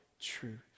truth